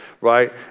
right